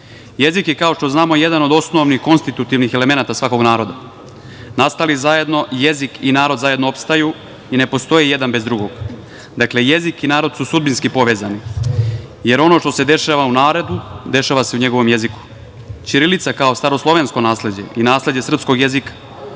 pisma. Jezik je, kao što znamo, jedan od osnovnih konstitutivnih elemenata svakog naroda. Nastali zajedno, jezik i narod zajedno opstaju i ne postoje jedan bez drugog. Dakle, jezik i narod su sudbinski povezani. Jer, ono što se dešava u narodu, dešava se i u njegovom jeziku. Ćirilica kao staroslovensko nasleđe i nasleđe srpskog jezika